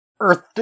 earth